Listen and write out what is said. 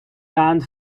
banned